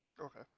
Okay